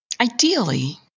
Ideally